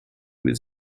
was